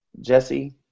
Jesse